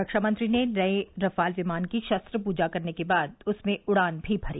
रक्षामंत्री ने नये रफाल विमान की शस्त्र पूजा करने के बाद उसमें उड़ान भी भरी